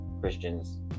Christians